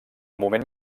moment